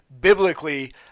biblically